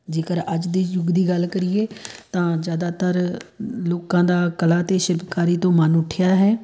ਜੇਕਰ ਅੱਜ ਦੇ ਯੁੱਗ ਦੀ ਗੱਲ ਕਰੀਏ ਤਾਂ ਜ਼ਿਆਦਾਤਰ ਲੋਕਾਂ ਦਾ ਕਲਾ ਅਤੇ ਸ਼ਿਲਪਕਾਰੀ ਤੋਂ ਮਨ ਉੱਠਿਆ ਹੈ